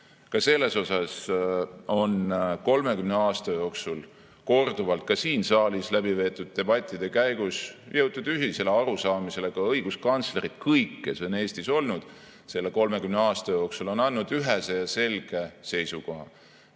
Ka selles osas on 30 aasta jooksul korduvalt siingi saalis peetud debattide käigus jõutud ühisele arusaamisele. Ka õiguskantslerid – kõik, kes on Eestis selle 30 aasta jooksul olnud – on andnud ühese ja selge seisukoha: